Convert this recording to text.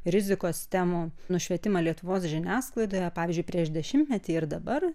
rizikos temų nušvietimą lietuvos žiniasklaidoje pavyzdžiui prieš dešimtmetį ir dabar